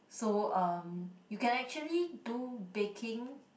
so uh you can actually do baking